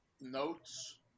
notes